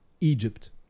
Egypt